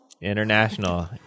International